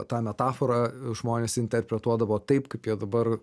tą metaforą žmonės interpretuodavo taip kaip jie dabar